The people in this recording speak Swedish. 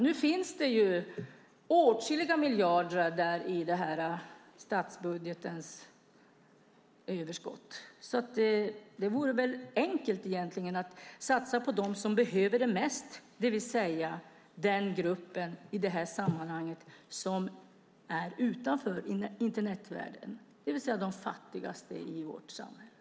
Nu finns det åtskilliga miljarder i statsbudgetens överskott, så det vore egentligen enkelt att satsa på dem som behöver det mest: den grupp som är utanför Internetvärlden, det vill säga de fattigaste i vårt samhälle.